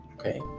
okay